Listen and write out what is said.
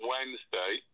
Wednesday